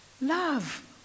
Love